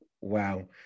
wow